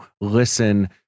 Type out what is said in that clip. listen